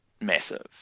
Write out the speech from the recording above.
massive